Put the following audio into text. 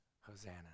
Hosanna